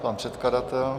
Pan předkladatel?